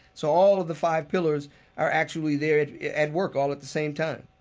so all of the five pillars are actually there at at work all at the same time.